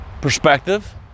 perspective